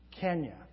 Kenya